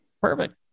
perfect